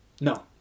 No